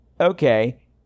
okay